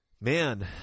man